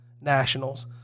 Nationals